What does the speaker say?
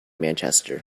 manchester